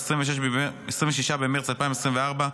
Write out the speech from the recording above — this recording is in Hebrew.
26 במרץ 2024,